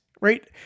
Right